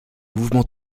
mouvement